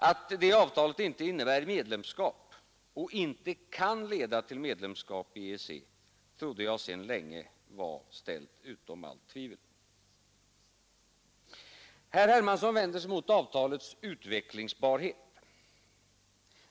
Att det avtalet inte innebär medlemskap och inte kan leda till medlemskap i EEC, trodde jag sedan länge var ställt utom allt tvivel. Herr Hermansson vänder sig mot avtalets utvecklingsbarhet.